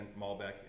Malbec